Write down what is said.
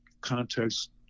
context